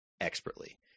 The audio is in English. Expertly